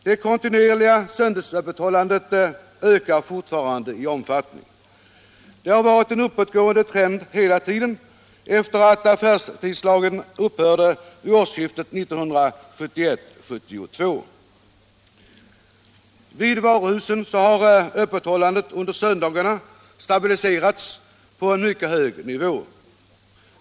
Det kontinuerliga söndagsöppethållandet ökar fortfarande i omfattning. Det har varit en uppåtgående trend hela tiden efter det att affärstidslagen upphörde vid årsskiftet 1971-1972. Vid varuhusen har öppethållandet under söndagarna stabiliserats på en mycket hög nivå.